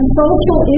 social